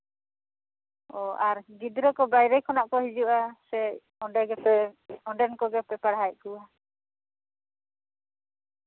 ᱚ ᱟᱨ ᱜᱤᱫᱽᱨᱟᱹ ᱠᱚ ᱵᱟᱭᱨᱮ ᱠᱷᱚᱱᱟᱜ ᱠᱚ ᱦᱤᱡᱩᱜᱼᱟ ᱥᱮ ᱚᱸᱰᱮᱜᱮᱯᱮ ᱚᱸᱰᱮᱱ ᱠᱚᱜᱮᱯᱮ ᱯᱟᱲᱦᱟᱣ ᱮᱫ ᱠᱚᱣᱟ